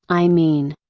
i mean.